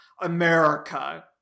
america